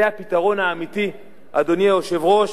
וזה הפתרון האמיתי, אדוני היושב-ראש.